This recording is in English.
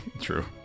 true